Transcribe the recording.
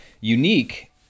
unique